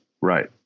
right